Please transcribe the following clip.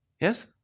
Yes